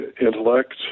intellect